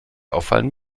auffallen